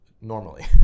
normally